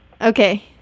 Okay